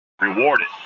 rewarded